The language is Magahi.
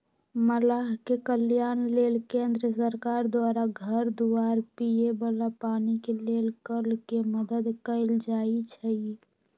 मलाह के कल्याण लेल केंद्र सरकार द्वारा घर दुआर, पिए बला पानी के लेल कल के मदद कएल जाइ छइ